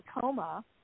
coma